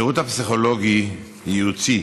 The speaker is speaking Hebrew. השירות הפסיכולוגי-ייעוצי